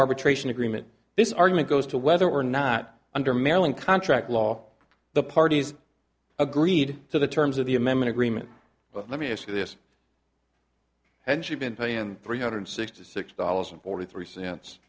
arbitration agreement this argument goes to whether or not under maryland contract law the parties agreed to the terms of the amendment agreement but let me ask you this and she'd been paying three hundred sixty six dollars or three cents